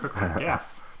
yes